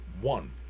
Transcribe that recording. one